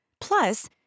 Plus